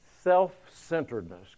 Self-centeredness